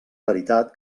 veritat